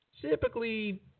typically